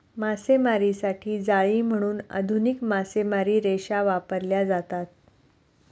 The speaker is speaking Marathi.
मासेमारीसाठी जाळी म्हणून आधुनिक मासेमारी रेषा वापरल्या जातात